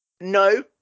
no